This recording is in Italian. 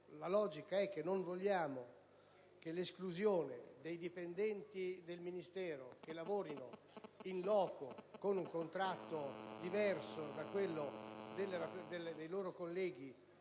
Parlamento, è di evitare che l'esclusione dei dipendenti del Ministero che lavorino *in loco* con un contratto diverso da quello dei loro colleghi